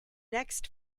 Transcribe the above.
next